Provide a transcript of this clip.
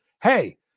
hey